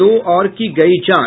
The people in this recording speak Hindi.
दो और की गयी जान